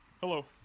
Hello